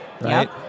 right